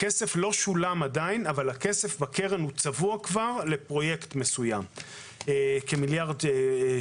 שהכסף בקרן צבוע לפרויקט מסוים ועדיין